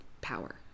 power